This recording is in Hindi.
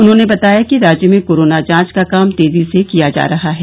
उन्होंने बताया कि राज्य में कोरोना जांच का काम तेजी से किया जा रहा है